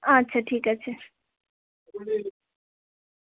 আচ্ছা ঠিক আছে